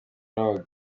n’amagare